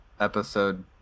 episode